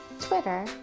Twitter